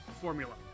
formula